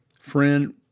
Friend